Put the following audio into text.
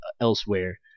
elsewhere